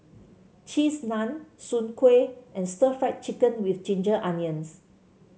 Cheese Naan Soon Kway and Stir Fried Chicken with Ginger Onions